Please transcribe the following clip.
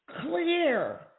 clear